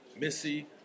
Missy